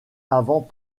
avant